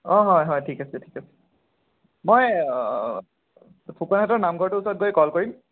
অঁ হয় হয় ঠিক আছে ঠিক আছে মই নামঘৰটোৰ ওচৰত গৈ কল কৰিম